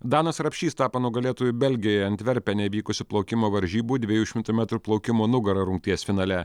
danas rapšys tapo nugalėtoju belgijoje antverpene vykusių plaukimo varžybų dviejų šimtų metrų plaukimo nugara rungties finale